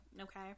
Okay